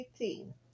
18